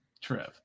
Trev